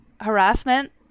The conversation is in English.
harassment